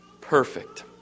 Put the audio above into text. perfect